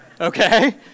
okay